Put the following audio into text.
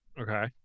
Okay